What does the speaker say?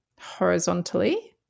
horizontally